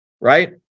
right